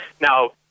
Now